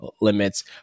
limits